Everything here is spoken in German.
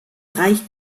reich